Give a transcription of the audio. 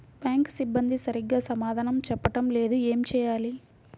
Bank సిబ్బంది సరిగ్గా సమాధానం చెప్పటం లేదు ఏం చెయ్యాలి?